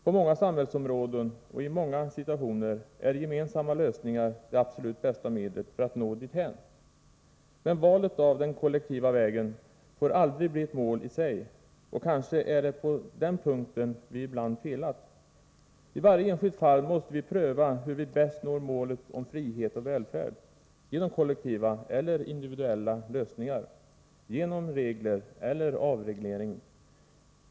På många samhällsområden, och i många situationer, är gemensamma lösningar det absolut bästa medlet för att nå dithän. Men valet av den kollektiva vägen får aldrig bli ett mål i sig. Och kanske är det på den punkten vi ibland felat. I varje enskilt fall måste vi pröva hur vi bäst når målet om frihet och välfärd: Genom kollektiva eller individuella lösningar? Genom regler eller avreglering?